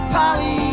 Polly